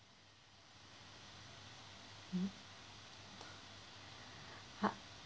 ha